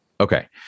Okay